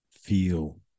feel